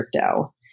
crypto